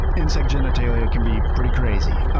insect genitalia can be pretty crazy.